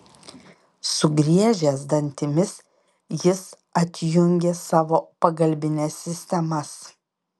sugriežęs dantimis jis atjungė savo pagalbines sistemas